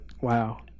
wow